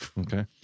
Okay